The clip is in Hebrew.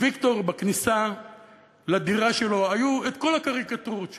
לוויקטור בכניסה לדירה שלו היו כל הקריקטורות שלו,